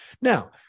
Now